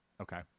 Okay